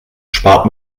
spart